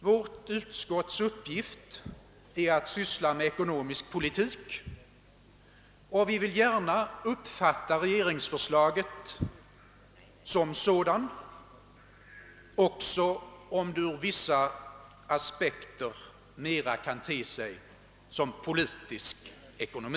Vårt utskotts uppgift är att syssla med ekonomisk politik, och vi vill gärna uppfatta regeringsförslaget som sådan, också om det ur vissa aspekter mera kan te sig som politisk ekonomi.